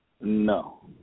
No